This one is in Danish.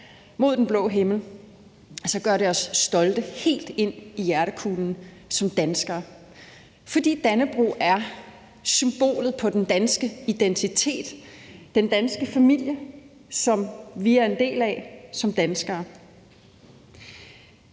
mod den blå himmel – så gør det os stolte helt ind i hjertekulen som danskere, fordi Dannebrog er symbolet på den danske identitet og den danske familie, som vi er en del af som danskere.